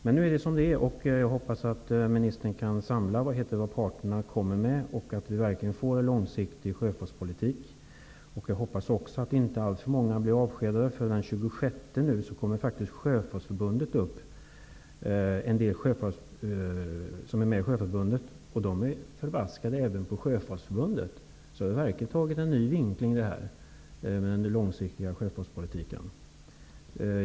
Men nu är det som det är, och jag hoppas att ministern kan samla det som parterna kommer med och att vi verkligen får en långsiktig sjöfartspolitik. Jag hoppas också att inte alltför många blir avskedade. Den 26 i denna månad kommer nämligen en del som är med i Sjöfolksförbundet upp, och de är förbaskade även på Sjöfolksförbundet. Den långsiktiga sjöfartspolitiken har därför verkligen fått en ny vinkling.